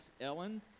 Ellen